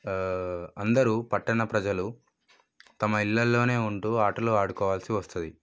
అందరూ పట్టణ ప్రజలు తమ ఇళ్లల్లోనే ఉంటూ ఆటలు ఆడుకోవాల్సి వస్తుంది